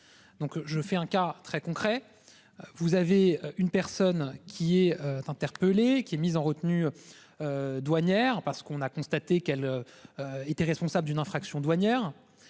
je fais un cas très concret. Vous avez une personne qui est d'interpeller qui est mise en retenue. Douanière parce qu'on a constaté qu'elle. Était responsable d'une infraction douanière.